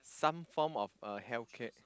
some form of a healthcare